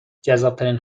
جذابترین